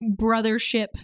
brothership